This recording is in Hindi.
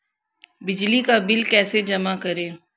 बिजली का बिल कैसे जमा करें?